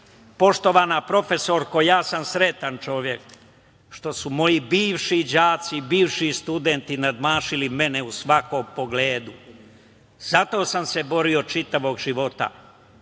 Srbije. Poštovana profesorko, ja sam sretan čovek što su moji bivši đaci, bivši studenti nadmašili mene u svakom pogledu. Zato sam se borio čitavog radnog